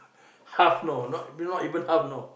half know not not even half know